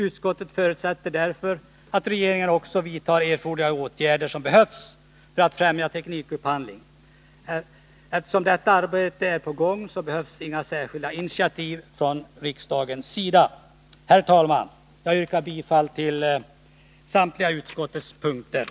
Utskottet förutsätter därför att regeringen vidtar de erforderliga åtgärderna för att främja teknikupphandlingen. Eftersom detta arbete är på gång, behövs inget särskilt initiativ från riksdagens sida. Herr talman! Jag yrkar bifall till utskottets hemställan på samtliga punkter.